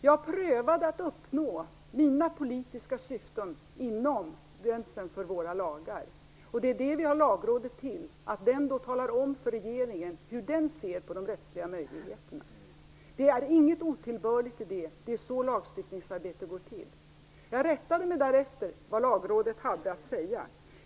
Jag prövade att uppnå mina politiska syften inom gränserna för våra lagar, och vi har Lagrådet för att det skall tala om för regeringen hur det ser på de rättsliga möjligheterna. Det är inget otillbörligt i det. Det är så lagstiftningsarbete går till. Jag rättade mig efter vad Lagrådet hade att säga.